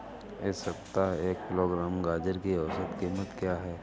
इस सप्ताह एक किलोग्राम गाजर की औसत कीमत क्या है?